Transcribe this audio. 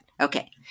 Okay